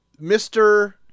Mr